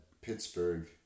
Pittsburgh